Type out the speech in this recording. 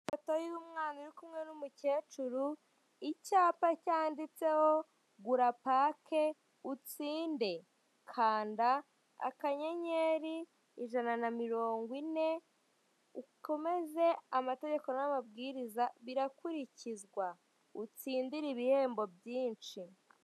Ifoto y'umwana uri kumwe n'umukecuru, icyapa cyanditseho gura pake utsinde. Kanda akanyenyeri ijana na mirongo ine, ukomeze amategeko n'amabwiriza birakurikizwa. Utsindire ibihembo byinshi.